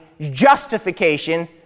justification